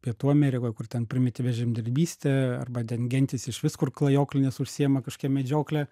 pietų amerikoj kur ten primityvi žemdirbystė arba ten gentys išvis kur klajoklinės užsiima kažkokia medžiokle